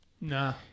Nah